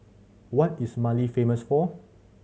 what is Mali famous for